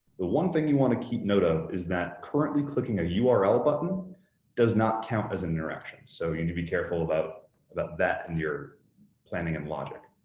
the one thing you want to keep note of is that currently clicking a ah url button does not count as interaction, so you need to be careful about about that in your planning and logic.